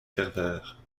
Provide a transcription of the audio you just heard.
ferveur